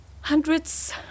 hundreds